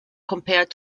compared